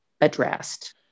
addressed